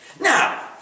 Now